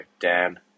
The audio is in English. Dan